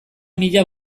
mila